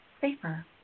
safer